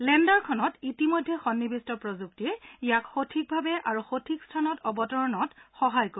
লেণ্ডাৰখনত ইতিমধ্যে সন্নিৱিষ্ট প্ৰযুক্তিয়ে ইয়াক সঠিক ভাৱে আৰু সঠিক স্থানত অৱতৰণত সহায় কৰিব